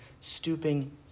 stooping